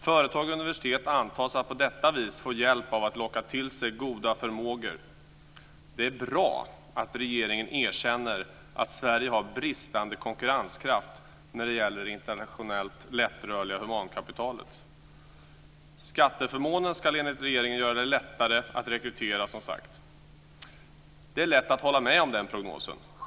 Företag och universitet antas på detta vis få hjälp att locka till sig goda förmågor. Det är bra att regeringen erkänner att Sverige har bristande konkurrenskraft när det gäller det internationellt lättrörliga humankapitalet. Som jag sagt ska skatteförmånen enligt regeringen göra det lättare att rekrytera. Det är lätt att instämma i den prognosen.